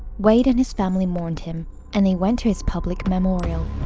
wade and his family mourned him and they went to his public memorial.